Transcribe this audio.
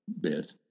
bit